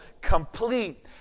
complete